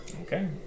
Okay